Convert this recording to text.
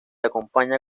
acompaña